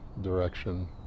direction